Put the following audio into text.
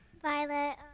Violet